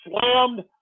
slammed